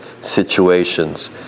situations